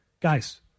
guys